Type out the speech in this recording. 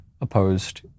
opposed